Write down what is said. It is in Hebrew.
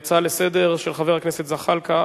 ההצעה לסדר-היום של חבר הכנסת זחאלקה,